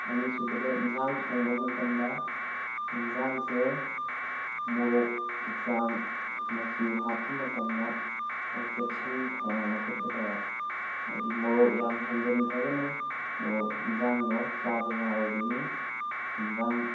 ꯑꯅꯤꯁꯨꯕꯗ ꯏꯟꯖꯥꯡ ꯊꯣꯡꯕ ꯃꯇꯝꯗ ꯏꯟꯖꯥꯡꯁꯦ ꯃꯣꯔꯣꯛꯀꯤ ꯆꯥꯡ ꯃꯆꯨ ꯍꯥꯞꯄ ꯃꯇꯝꯗ ꯈꯔ ꯆꯦꯛꯁꯤꯟ ꯊꯧꯔꯥꯡ ꯂꯧꯈꯠꯀꯗꯕ ꯍꯥꯏꯗꯤ ꯃꯣꯔꯣꯛ ꯌꯥꯝ ꯍꯦꯟꯖꯟꯈ꯭ꯔꯒꯅ ꯃꯣꯔꯣꯛ ꯏꯟꯖꯥꯡꯗꯣ ꯆꯥꯕ ꯌꯥꯔꯣꯏꯗꯣꯏꯅꯤ ꯏꯟꯖꯥꯡ